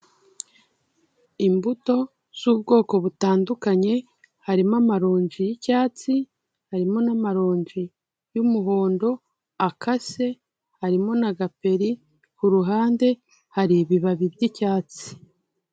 Imbuto z'ubwoko butandukanye harimo amaronji y'icyatsi, harimo n'amaronji y'umuhondo akase, harimo na gaperi, ku ruhande hari ibibabi by'icyatsi.